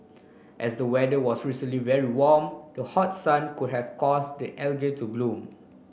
as the weather was recently very warm the hot sun could have caused the to bloom